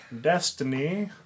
Destiny